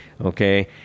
Okay